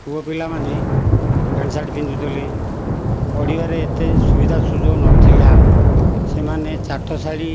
ପୁଅ ପିଲାମାନେ pant shirt ପିନ୍ଧୁଥିଲେ ପଢ଼ିବାରେ ଏତେ ସୁବିଧା ସୁଯୋଗ ନଥିଲା ସେମାନେ ଚାଟଶାଳି